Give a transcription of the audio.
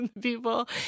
people